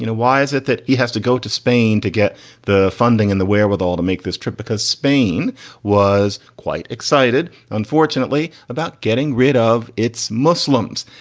you know why is it that he has to go to spain to get the funding and the wherewithal to make this trip? because spain was quite excited, unfortunately, about getting rid of its muslims.